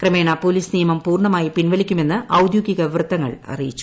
ക്രമേണ പൊലീസ് നിയമം പൂർണമായി പിൻവലിക്കുമെന്ന് ഔദ്യോഗിക വൃത്തങ്ങൾ അറിയിച്ചു